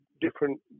different